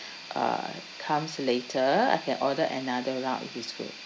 uh comes later I can order another round if it's good